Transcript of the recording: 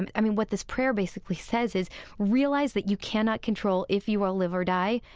and i mean, what this prayer basically says is realize that you cannot control if you will live or die,